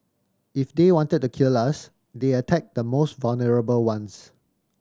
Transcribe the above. if they wanted to kill us they attack the most vulnerable ones